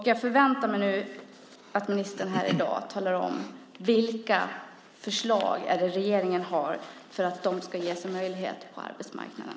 Jag förväntar mig att ministern här i dag talar om vilka förslag regeringen har när det gäller att dessa människor ska få en möjlighet på arbetsmarknaden.